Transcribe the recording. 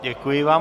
Děkuji vám.